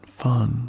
fun